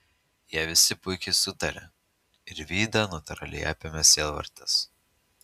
jie visi puikiai sutarė ir vidą natūraliai apėmė sielvartas